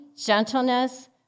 gentleness